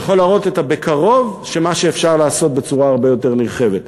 יכול לראות את הבקרוב של מה שאפשר לעשות בצורה הרבה יותר נרחבת.